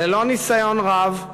ללא ניסיון רב,